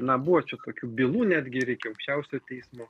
na buvo čia tokių bylų netgi irgi aukščiausio teismo